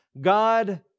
God